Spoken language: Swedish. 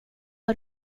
har